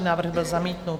Návrh byl zamítnut.